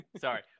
sorry